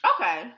Okay